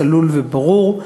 צלול וברור,